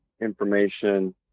information